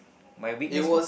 my weakness was